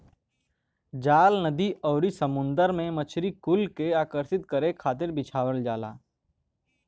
जाल नदी आउरी समुंदर में मछरी कुल के आकर्षित करे खातिर बिछावल जाला